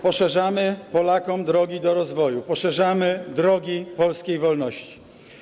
Poszerzamy Polakom drogi do rozwoju, poszerzamy drogi polskiej wolności.